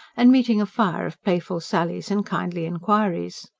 and meeting a fire of playful sallies and kindly inquiries.